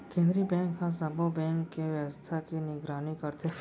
केंद्रीय बेंक ह सब्बो बेंक के बेवस्था के निगरानी करथे